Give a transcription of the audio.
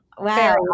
Wow